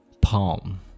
palm